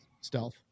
Stealth